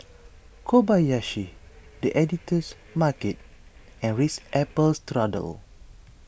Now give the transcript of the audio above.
Kobayashi the Editor's Market and Ritz Apple Strudel